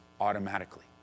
automatically